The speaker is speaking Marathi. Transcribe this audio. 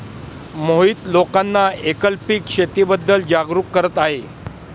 मोहित लोकांना एकल पीक शेतीबद्दल जागरूक करत आहे